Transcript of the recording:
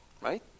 Right